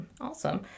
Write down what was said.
Awesome